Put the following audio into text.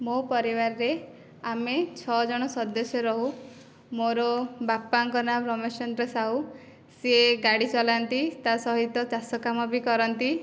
ମୋ ପରିବାରରେ ଆମେ ଛଅ ଜଣ ସଦସ୍ୟ ରହୁ ମୋର ବାପାଙ୍କ ନାଁ ରମେଶ ଚନ୍ଦ୍ର ସାହୁ ସିଏ ଗାଡ଼ି ଚଲାନ୍ତି ତା ସହିତ ଚାଷ କାମ ବି କରନ୍ତି